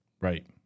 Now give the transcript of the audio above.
Right